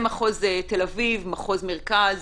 מחוז תל אביב, מחוז מרכז,